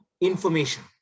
information